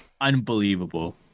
Unbelievable